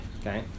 okay